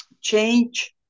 change